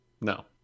No